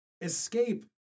Escape